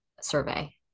survey